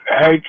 Hey